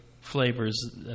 flavors